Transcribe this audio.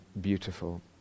beautiful